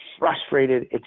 Frustrated